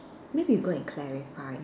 maybe go and clarify